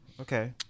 Okay